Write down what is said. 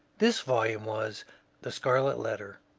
this volume was the scarlet letter.